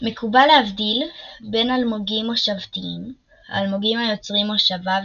מקובל להבדיל בין אלמוגים מושבתיים - אלמוגים היוצרים מושבה,